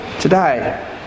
today